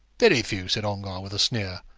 very few said ongar, with a sneer.